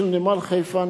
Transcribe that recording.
של נמל חיפה,